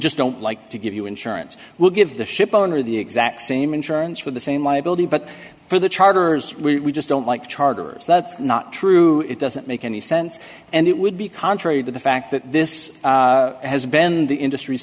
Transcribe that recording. just don't like to give you insurance we'll give the shipowner the exact same insurance for the same liability but for the chargers we just don't like the chargers that's not true it doesn't make any sense and it would be contrary to the fact that this has been the industr